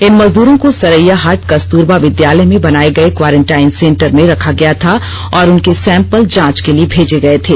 इन मजदूरों को सरैयाहाट कस्तुरबा विद्यालय में बनाये गये क्वारेनटाईन सेंटर में रखा गया था और उनके सैंपल जांच के लिए भेजे गये थे